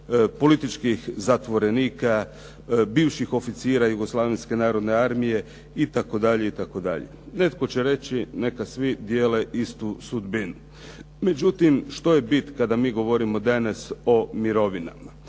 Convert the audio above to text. političkih zatvorenika, bivših oficira Jugoslavenske narodne armije itd. Netko će reći neka svi dijele istu sudbinu. Međutim, što je bit kada mi govorimo danas o mirovinama?